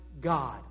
God